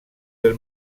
del